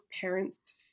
parents